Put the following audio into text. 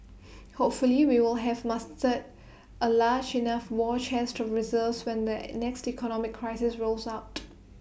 hopefully we will have mustered A large enough war chest to reserves when the next economic crisis rolls out